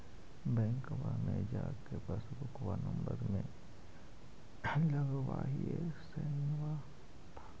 बैंकवा मे जा के पासबुकवा नम्बर मे लगवहिऐ सैनवा लेके निकाल दे है पैसवा?